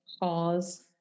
pause